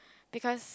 because